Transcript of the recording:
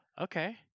okay